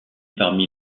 parmi